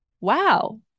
wow